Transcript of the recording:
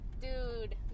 dude